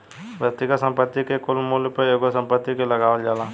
व्यक्तिगत संपत्ति के कुल मूल्य पर एगो संपत्ति के लगावल जाला